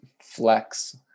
flex